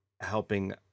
helping